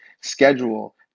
schedule